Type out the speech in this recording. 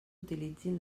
utilitzin